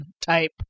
type